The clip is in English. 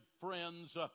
friends